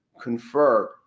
confer